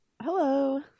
Hello